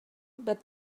but